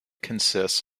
consists